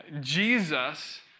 Jesus